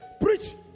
preach